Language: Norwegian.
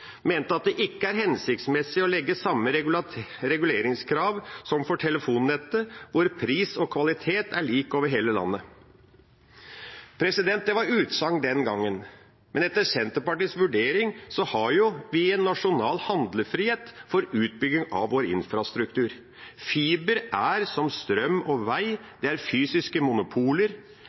mente at det ikke var hensiktsmessig å legge samme reguleringskrav til grunn som for telefonnettet, hvor pris og kvalitet er lik over hele landet. Det var utsagn den gangen, men etter Senterpartiets vurdering har vi en nasjonal handlefrihet for utbygging av vår infrastruktur. Fiber er – som strøm og vei – fysiske monopoler